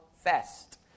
fest